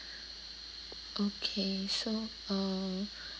okay so uh